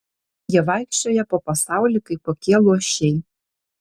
jie vaikščioja po pasaulį kaip kokie luošiai